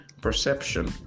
Perception